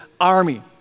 army